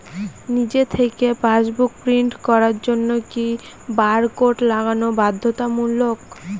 নিজে থেকে passbook print করার জন্য কি বারকোড লাগানো বাধ্যতামূলক?